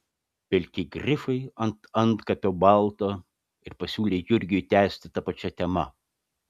pilki grifai ant antkapio balto ir pasiūlė jurgiui tęsti ta pačia tema